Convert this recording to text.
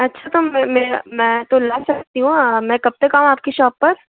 अच्छा तो में मैं मैं तो ला सकती हूँ मैं कब तक आऊँ आपकी शॉप पर